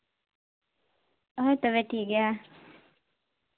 ᱦᱳᱭ ᱛᱚᱵᱮ ᱴᱷᱤᱠ ᱜᱮᱭᱟ